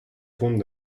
vont